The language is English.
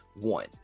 one